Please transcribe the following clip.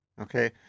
okay